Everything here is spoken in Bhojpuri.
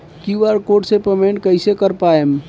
क्यू.आर कोड से पेमेंट कईसे कर पाएम?